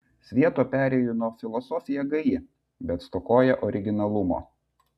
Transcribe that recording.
svieto perėjūno filosofija gaji bet stokoja originalumo